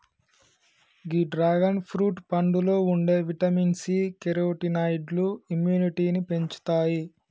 గీ dragon fruit పండులో ఉండే vitamin C, కెరోటినాయిడ్లు ఇమ్యునిటీని పెంచుతాయి